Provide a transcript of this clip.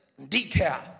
decaf